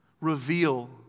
reveal